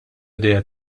idea